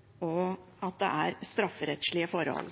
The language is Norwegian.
uten at det foreligger strafferettslige forhold.